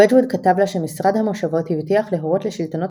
ווג'ווד כתב לה שמשרד המושבות הבטיח להורות לשלטונות